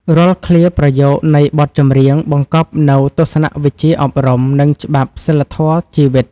រាល់ឃ្លាប្រយោគនៃបទចម្រៀង បង្កប់នូវទស្សនវិជ្ជាអប់រំ និងច្បាប់សីលធម៌ជីវិត។